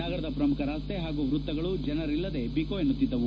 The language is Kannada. ನಗರದ ಪ್ರಮುಖ ರಸ್ತೆ ಹಾಗೂ ವೃತ್ತಗಳು ಜನರಿಲ್ಲದೆ ಬಿಕೋ ಎನ್ನುತ್ತಿದ್ದವು